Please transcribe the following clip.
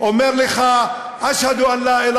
אומר לך: (אומר בערבית: אני מעיד שאין